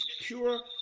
pure